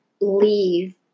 Leave